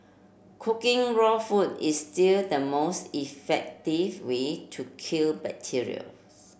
cooking raw food is still the most effective way to kill bacteria